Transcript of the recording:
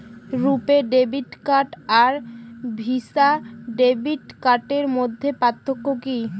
রূপে debit card আর Visa debit কার্ডের মধ্যে পার্থক্য কি?